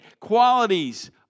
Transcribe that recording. qualities